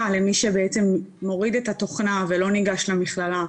למי שמוריד את התוכנה ולא ניגש למכללה,